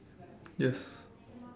yes